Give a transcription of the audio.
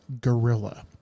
Gorilla